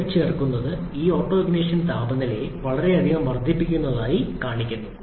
lead ചേർക്കുന്നത് ഈ ഓട്ടൊണിഷൻ താപനിലയെ വളരെയധികം വർദ്ധിപ്പിക്കുന്നതായി കാണിക്കുന്നു